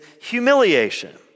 humiliation